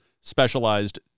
specialized